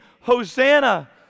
Hosanna